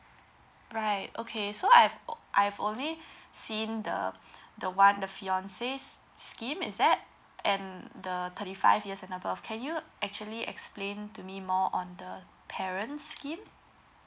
right okay so I've I've only seen the the one the fiancé scheme is that and the thirty five years and above can you actually explain to me more on the parents scheme